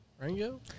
Rango